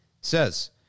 says